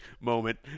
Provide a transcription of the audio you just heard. moment